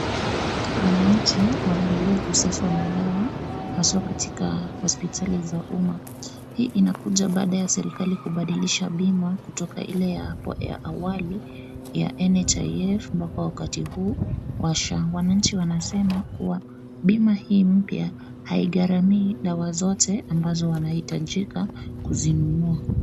Wananchi wanalilia ukosefu wa madawa haswa katika hospitali za umma. Hii inakuja baada ya serikali kubadilisha bima kutoka ile ya hapo ya awali ya NHIF mpaka wakati huu wa SHA. Wananchi wanasema kuwa bima hii mpya haigharamii dawa zote ambazo wanahitajika kuzinunua.